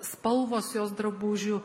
spalvos jos drabužių